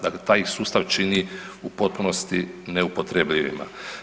Dakle taj ih sustav čini u potpunosti neupotrebljivima.